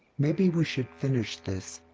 maybe we should finish this.